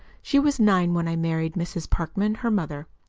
she was nine when i married mrs. parkman, her mother.